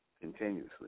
continuously